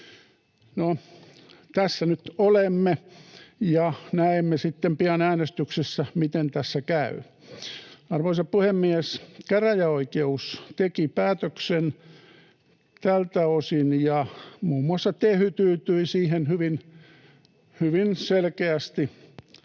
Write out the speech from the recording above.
tässä nyt olemme, ja näemme sitten pian äänestyksessä, miten tässä käy. Arvoisa puhemies! Käräjäoikeus teki päätöksen tältä osin, ja muun muassa Tehy tyytyi siihen hyvin selkeästi.